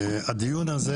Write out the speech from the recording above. הדיון הזה